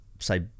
say